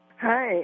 Hi